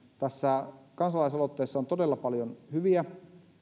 tässä kansalaisaloitteessa on todella paljon hyviä